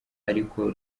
ariko